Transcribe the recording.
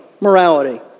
morality